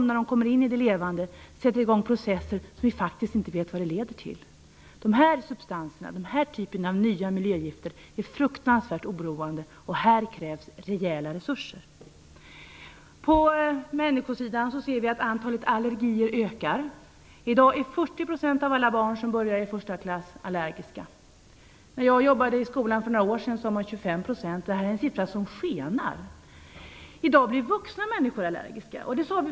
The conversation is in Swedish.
När de kommer in i det levande sätter de igång processer som vi faktiskt inte vet vad de leder till. Dessa substanser, den här typen av nya miljögifter är fruktansvärt oroande, och det krävs rejäla resurser här. När det gäller människor kan vi se att antalet allergier ökar. I dag är 40 % av alla barn som börjar i första klass allergiska. När jag jobbade i skolan för några år sedan sade man 25 %. Det här är en siffra som skenar. I dag blir vuxna människor allergiska.